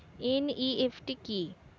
NEFT কি?